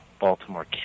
baltimore